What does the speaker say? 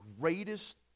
greatest